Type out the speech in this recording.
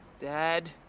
Dad